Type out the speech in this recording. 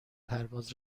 پرواز